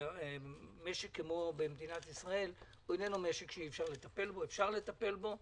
משק כמו במדינת ישראל אפשר לטפל בו,